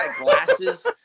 glasses